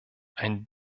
ein